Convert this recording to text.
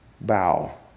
bow